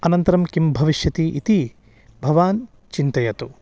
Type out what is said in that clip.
अनन्तरं किं भविष्यति इति भवान् चिन्तयतु